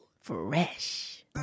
Fresh